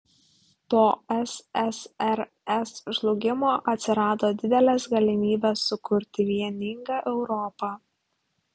po ssrs žlugimo atsirado didelės galimybės sukurti vieningą europą